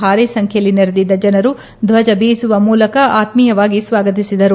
ಭಾರೀ ಸಂಬ್ಲೆಯಲ್ಲಿ ನೆರೆದಿದ್ದ ಜನರು ಧಜ ಬೀಸುವ ಮೂಲಕ ಆತ್ನೀಯವಾಗಿ ಸ್ನಾಗತಿಸಿದರು